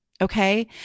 Okay